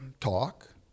talk